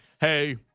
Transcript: Hey